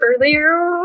earlier